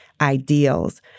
ideals